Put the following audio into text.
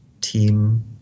team